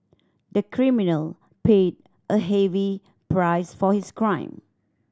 the criminal paid a heavy price for his crime